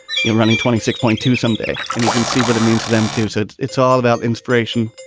you're running twenty six point two some day and you can see what it means to them to see so it. it's all about inspiration.